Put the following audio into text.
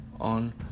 on